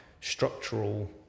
structural